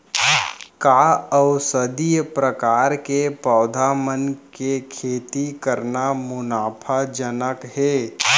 का औषधीय प्रकार के पौधा मन के खेती करना मुनाफाजनक हे?